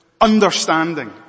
understanding